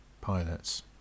pilots